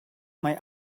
mae